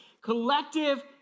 collective